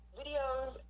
videos